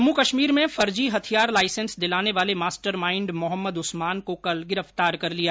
जम्मू कश्मीर में फर्जी हथियार लाइसेंस दिलाने वाले मास्टर माइंड मोहम्मद उस्मान को कल गिरफ्तार कर लिया